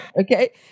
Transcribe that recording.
okay